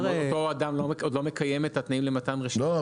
אם אותו אדם עוד לא מקיים את התנאים למתן רישיון --- לא,